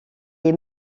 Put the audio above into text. est